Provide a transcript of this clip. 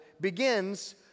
begins